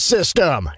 System